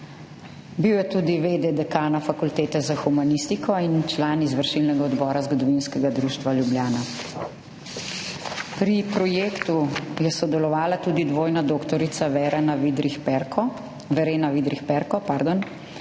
Bil je tudi v. d. dekana Fakultete za humanistiko in član izvršilnega odbora Zgodovinskega društva Ljubljana. Pri projektu je sodelovala tudi dvojna doktorica Verena Vidrih Perko,